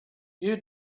you